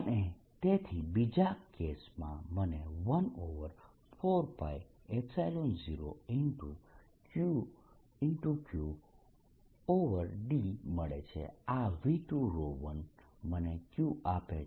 અને તેથી બીજા કેસમાં મને 14π0q Qd મળે છે આ V21મને Q આપે છે